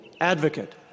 advocate